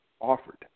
offered